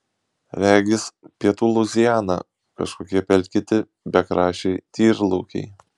regis pietų luiziana kažkokie pelkėti bekraščiai tyrlaukiai